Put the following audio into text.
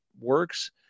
works